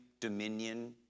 dominion